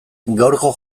gaurko